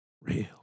real